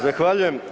Zahvaljujem.